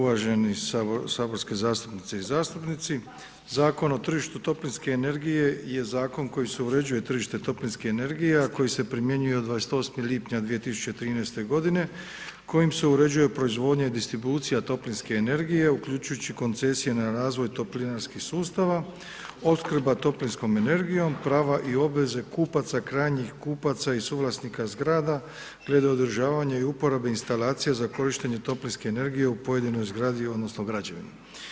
Sabora, uvaženi saborske zastupnice i zastupnici, Zakon o tržištu toplinske energije je zakon kojim se uređuje tržište toplinske energije, a koji se primjenjuje od 28. lipnja 2013. godine kojim se uređuje proizvodnja i distribucija toplinske energije uključujući koncesije na razvoj toplinarskih sustava, opskrba toplinskom energijom, prava i obveze kupaca, krajnjih kupaca i suvlasnika zgrada predodržavanje i uporaba instalacija za korištenje toplinske energije u pojedinoj zgradi odnosno građevini.